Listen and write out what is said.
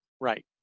Right